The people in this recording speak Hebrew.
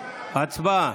להצבעה.